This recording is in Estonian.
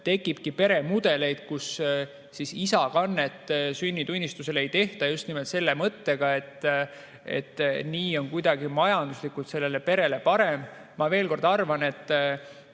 tekib peremudeleid, kus isakannet sünnitunnistusele ei tehta just nimelt selle mõttega, et nii on majanduslikult sellele perele kuidagi parem. Veel kord, ma arvan, et